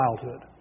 childhood